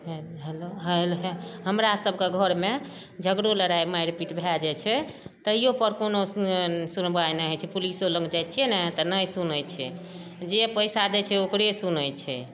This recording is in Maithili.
हए ले हेलो हँ अयलै तऽ हमरासबके घरमे झगड़ो लड़ाइ मारि पीट भए जाइ छै तैयोपर कोनो सुनबाइ नहि होइ छै पुलिसो लङ्ग जाइ छियै ने तऽ नहि सुनै छै जे पैसा दै छै ओकरे सुनै छै